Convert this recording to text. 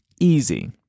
Easy